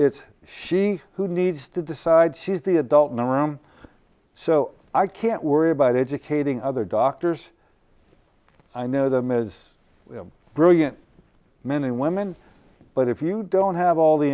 it's she who needs to decide she's the adult in the room so i can't worry about educating other doctors i know them as i'm brilliant men and women but if you don't have all the